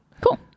Cool